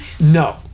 No